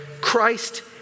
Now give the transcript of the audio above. Christ